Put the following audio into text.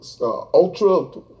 Ultra